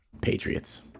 Patriots